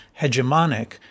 hegemonic